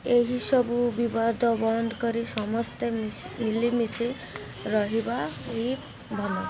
ଏହିସବୁ ବିବାଦ ବନ୍ଦ କରି ସମସ୍ତେ ମିଳିମିଶି ରହିବା ଏଇ ଭଲ